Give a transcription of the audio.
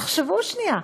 תחשבו שנייה.